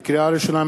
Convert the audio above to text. לקריאה ראשונה,